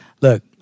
look